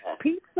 pizza